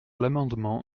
l’amendement